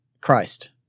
Christ